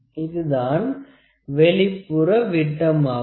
இதுதான் வெளிப்புற விட்டம் ஆகும்